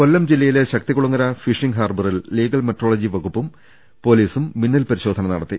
കൊല്ലം ജില്ലയിലെ ശക്തികുളങ്ങര ഫിഷ്ടിംഗ്ട് ഹാർബറിൽ legal metrology വകുപ്പും പോലീസും മീന്നൽ പരിശോധന നടത്തി